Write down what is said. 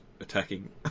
attacking